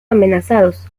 amenazados